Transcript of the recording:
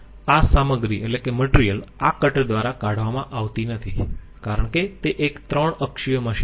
આ સામગ્રી આ કટર દ્વારા કાઢવામાં આવતી નથી કારણ કે તે એક 3 અક્ષીય મશીન છે